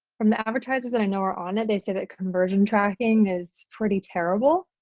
from the advertisers that i know are on it they say that conversion tracking is pretty terrible